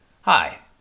Hi